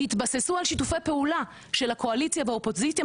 התבססו על שיתופי פעולה של הקואליציה והאופוזיציה,